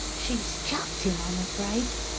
she's chucked him, i'm afraid.